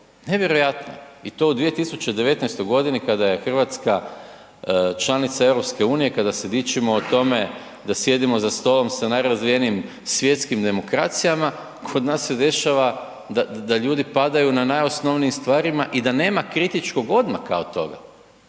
Nevjerojatno, i to u 2019. godini kada je Hrvatska članica EU, kada se dičimo o tome da sjedimo za stolom sa najrazvijenijim svjetskih demokracijama, kod nas se dešava da ljudi padaju na najosnovnijim stvarima i da nema kritičkog odmaka od toga.